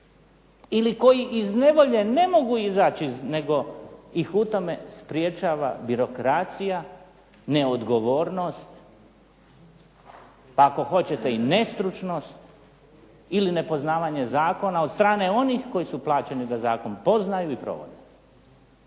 Ili koji iz nevolje ne mogu izaći nego ih u tome sprječava birokracija, neodgovornost, pa ako hoćete i nestručnost ili nepoznavanje zakona od strane onih koji su plaćeni da zakon poznaju i provode.